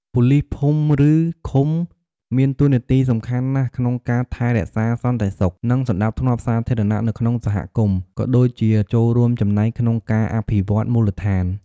ប៉ូលីសភូមិ ឬ ឃុំ មានតួនាទីសំខាន់ណាស់ក្នុងការថែរក្សាសន្តិសុខ និងសណ្តាប់ធ្នាប់សាធារណៈនៅក្នុងសហគមន៍ ក៏ដូចជាចូលរួមចំណែកក្នុងការអភិវឌ្ឍន៍មូលដ្ឋាន។